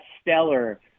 stellar